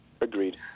agreed